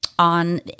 On